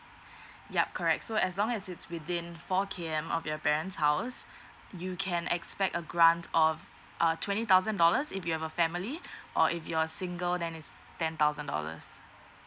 ya correct so as long as it's within four K_M of your parents house you can expect a grant of uh twenty thousand dollars if you have a family or if you're a single then is ten thousand dollars